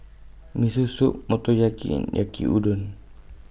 Miso Soup Motoyaki Yaki Udon